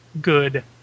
good